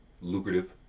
lucrative